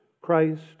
Christ